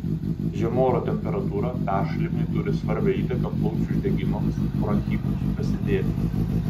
žema oro temperatūra peršalimai turi svarbią įtaką plaučių uždegimams bronchitams prasidėti